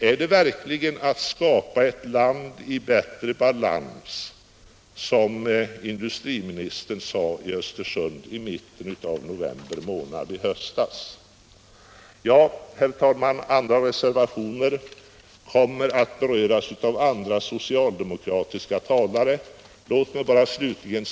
Är det verkligen att skapa ett land i bättre balans, som industriministern sade i Östersund i mitten av november månad? Övriga reservationer kommer att beröras av andra socialdemokratiska talare.